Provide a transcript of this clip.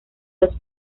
los